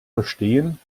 verstehen